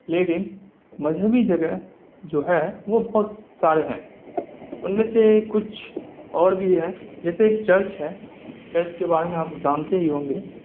لیکن مذہبی جگہ جو ہے وہ بہت سارے ہیں ان میں سے کچھ اور بھی ہے جیسے چرچ ہے چرچ کے بارے میں آپ جانتے ہی ہوں گے